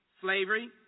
Slavery